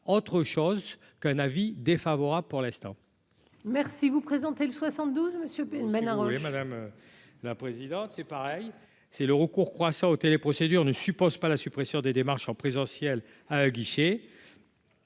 autre chose qu'un avis défavorable pour l'instant. Merci vous présenter, le 72 monsieur Ménard. Oui, madame la présidente, c'est pareil, c'est le recours croissant aux télé-procédures ne suppose pas la suppression des démarches en présentiel à aguicher.